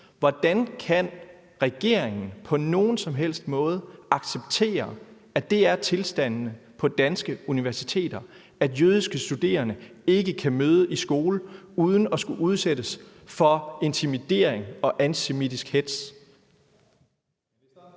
Hvordan kan regeringen på nogen som helst måde acceptere, at det er tilstanden på danske universiteter, at jødiske studerende ikke kan møde i skole uden at skulle udsættes for intimidering og antisemitisk hetz?